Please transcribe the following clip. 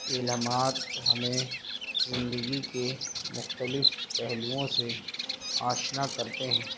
یہ لمحات ہمیں زندگی کے مختلف پہلوؤں سے آشنا کرتے ہیں